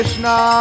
Krishna